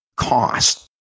cost